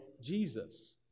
Jesus